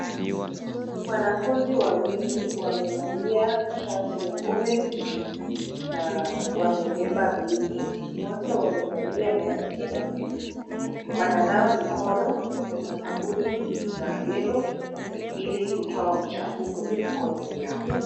Wanafunzi wawili wamevalia shati ya orange(cs) na wamebeba begi woote wamevalia maski ya blue wananawa mikono na sabuni ya yellow ili kutoa uchafu kwa mikono yao.